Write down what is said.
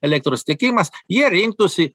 elektros tiekimas jie rinktųsi